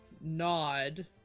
nod